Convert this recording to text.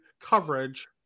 coverage